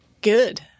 Good